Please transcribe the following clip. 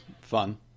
Fun